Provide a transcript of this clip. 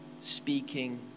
speaking